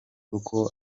uko